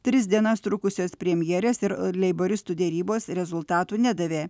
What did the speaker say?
tris dienas trukusios premjerės ir leiboristų derybos rezultatų nedavė